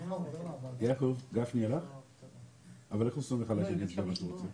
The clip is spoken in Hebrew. איך יכול להיות שאדם חושב כמוך,